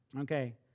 Okay